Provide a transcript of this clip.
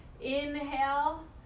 Inhale